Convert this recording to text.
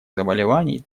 заболеваний